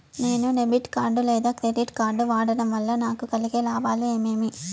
నేను debit card లేదా credit card వాడడం వల్ల నాకు కలిగే లాభాలు ఏమేమీ?